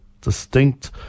distinct